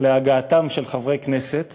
להגעתם של חברי כנסת